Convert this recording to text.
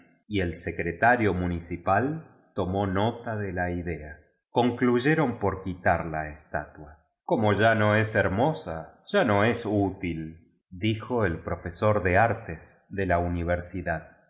y el secretario municipal tomó nota de la idea concluyeron por quitar la estatua como ya no es hermosa ya no es útil dijo el profesor de artes de la universidad